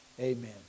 Amen